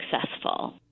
successful